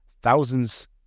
thousands